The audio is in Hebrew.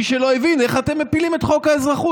מי שלא הבין: איך אתם מפילים את חוק האזרחות?